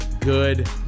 Good